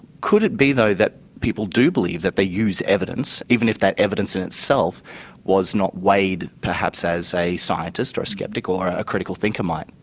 could it be though that people do believe that they use evidence even if that evidence in itself was not weighed perhaps as a scientist, or a skeptic, or a a critical thinker might,